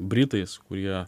britais kurie